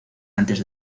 antes